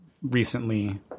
recently